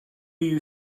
you